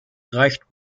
reicht